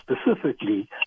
specifically